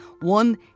one